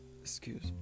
excuse